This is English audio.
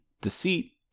deceit